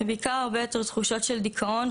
ובעיקר הרבה יותר תחושות של דיכאון,